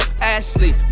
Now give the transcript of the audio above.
Ashley